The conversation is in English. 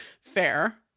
fair